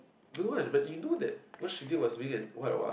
don't want but you know that what she did was being an what what